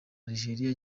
algeria